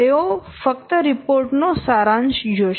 તેઓ ફક્ત રિપોર્ટ નો સારાંશ જોશે